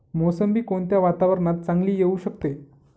मोसंबी कोणत्या वातावरणात चांगली येऊ शकते?